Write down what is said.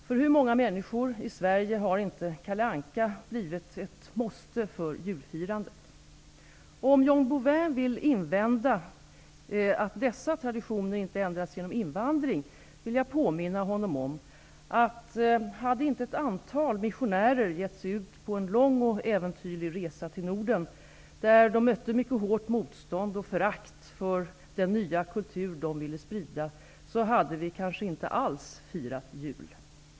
För hur många människor i Sverige har inte Kalle Anka blivit ett måste för julfirandet? Om John Bouvin vill invända att dessa traditioner inte ändrats genom invandring, vill jag påminna honom om att om inte ett antal missionärer hade gett sig ut på en lång och äventyrlig resa till Norden, där de mötte mycket hårt motstånd och förakt för den nya kultur som de ville sprida, hade vi kanske inte alls firat jul.